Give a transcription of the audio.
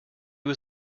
was